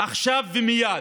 עכשיו ומייד.